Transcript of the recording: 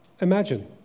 Imagine